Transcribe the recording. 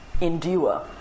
endure